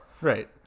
Right